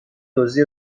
دزدی